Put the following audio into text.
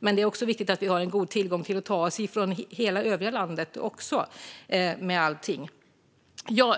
Det är dock också viktigt att vi har god tillgång till att ta oss till hela övriga landet.